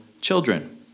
children